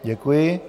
Děkuji.